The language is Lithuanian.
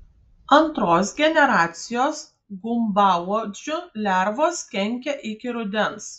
antros generacijos gumbauodžių lervos kenkia iki rudens